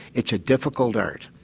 it's a difficult art.